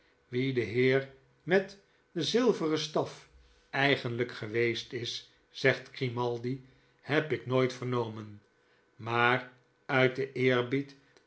wie de heer met dien zilveren staf eigenlijk geweest is zegt grimaldi heb ik nooit vernomen maar uit den eerbied